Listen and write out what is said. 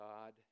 God